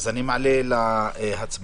אני מעלה להצבעה,